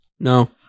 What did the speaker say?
no